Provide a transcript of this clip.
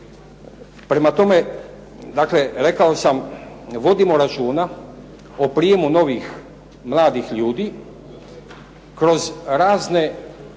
Prema tome, dakle rekao sam, vodimo računa o prijemu novih mladih ljudi kroz razne